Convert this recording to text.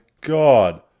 God